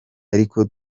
ariko